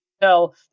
tell